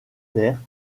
terre